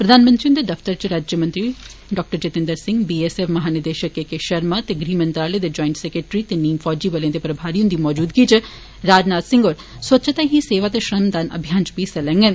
प्रधानमंत्री हुन्दे दफतरै च राज्यमंत्री doctor Jitendra Singh B S F महानिदेशक के के शर्मा ते गृहमंत्रालय दे जायंट सैक्रटरी ते नीम फौजी बले दे प्रभारी हुन्दी मजूदगी च राजनाथ सिंह होर स्वच्छता ही सेवा ते श्रमदान अभियान च बी हिस्सा लैंगन